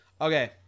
Okay